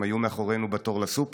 הם היו מאחורינו בתור בסופר,